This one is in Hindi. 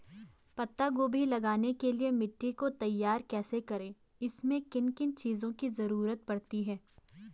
पत्ता गोभी लगाने के लिए मिट्टी को तैयार कैसे करें इसमें किन किन चीज़ों की जरूरत पड़ती है?